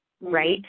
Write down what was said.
right